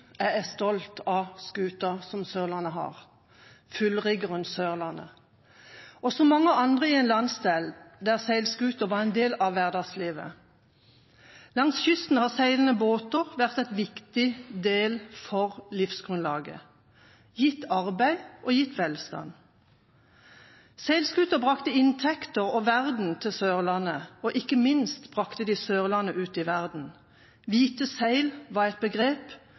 jeg, som mange andre i en landsdel der seilskuter var en del av hverdagslivet, er stolt av skuta som Sørlandet har, fullriggeren «Sørlandet». Langs kysten har seilende båter vært en viktig del av livsgrunnlaget og gitt arbeid og velstand. Seilskuter brakte inntekter og verden til Sørlandet, og ikke minst brakte de Sørlandet ut i verden. Hvite seil var et begrep,